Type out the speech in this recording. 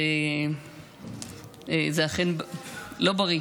זה אכן לא בריא.